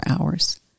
hours